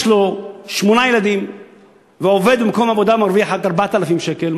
יש לו שמונה ילדים ועובד במקום עבודה ומרוויח רק 4,000 שקל,